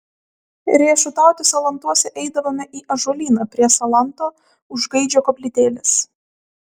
riešutauti salantuose eidavome į ąžuolyną prie salanto už gaidžio koplytėlės